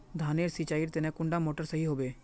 धानेर नेर सिंचाईर तने कुंडा मोटर सही होबे?